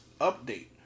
update